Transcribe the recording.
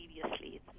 previously